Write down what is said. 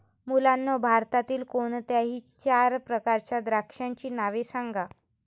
मुलांनो भारतातील कोणत्याही चार प्रकारच्या द्राक्षांची नावे सांगा